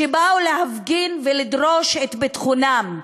שבאו להפגין ולדרוש את ביטחונם,